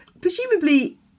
presumably